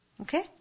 Okay